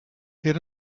had